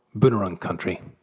boonwurrung country,